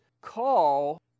call